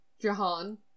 Jahan